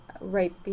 right